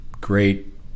great